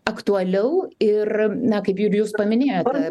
aktualiau ir na kaip ir jūs paminėjot